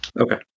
okay